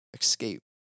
escape